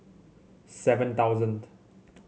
seven thousand